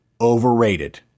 overrated